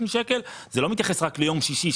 זה לא מתייחס רק ליום שישי,